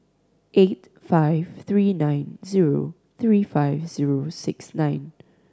eight five three nine zero three five zero six nine